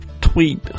tweet